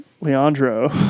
leandro